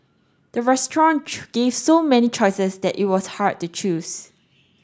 the restaurant gave so many choices that it was hard to choose